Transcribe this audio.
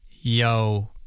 Yo